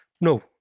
No